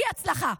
היא הצלחה.